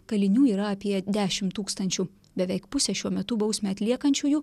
kalinių yra apie dešim tūkstančių beveik pusė šiuo metu bausmę atliekančiųjų